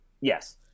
yes